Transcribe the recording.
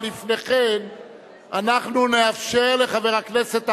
אבל לפני כן אנחנו נאפשר לחבר הכנסת החדש,